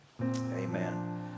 Amen